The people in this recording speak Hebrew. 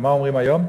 מה אומרים היום?